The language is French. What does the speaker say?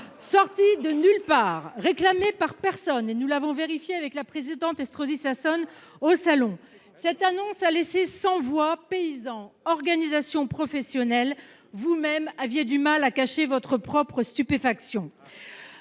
Sortie de nulle part, réclamée par personne – nous l’avons vérifié avec la présidente Estrosi Sassone au salon de l’agriculture –, cette annonce a laissé sans voix les paysans et les organisations professionnelles. Vous même aviez du mal à cacher votre stupéfaction.